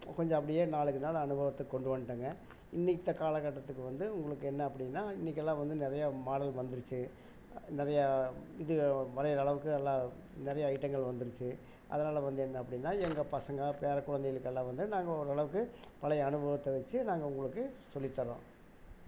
கொஞ்சம் அப்படியே நாளுக்கு நாள் அனுபவத்தை கொண்டு வந்துட்டங்க இன்றைக்கி காலக் கட்டத்துக்கு வந்து உங்களுக்கு என்ன அப்படின்னா இன்றைக்கி எல்லாம் வந்து நிறையா மாடல் வந்துருச்சு நிறையா இது வரைகிறளவுக்கு நல்லா நிறையா ஐட்டங்கள் வந்துருச்சு அதனால் வந்து என்ன அப்படின்னா எங்கள் பசங்க பேரக் குழந்தைகளுக்கெல்லாம் வந்து நாங்கள் ஓரளவுக்கு பழைய அனுபவத்தை வச்சி நாங்கள் உங்களுக்கு சொல்லித் தரோம்